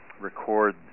record